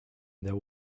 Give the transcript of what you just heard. there